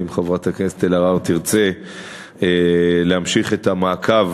אם חברת הכנסת אלהרר תרצה להמשיך את המעקב,